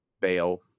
bail